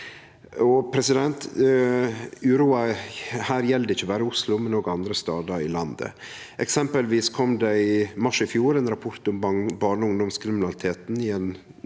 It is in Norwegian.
Uroa her gjeld ikkje berre Oslo, men òg andre stader i landet. Eksempelvis kom det i mars i fjor ein rapport om barne- og ungdomskriminaliteten i ein